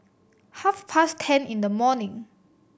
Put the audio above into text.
half past ten in the morning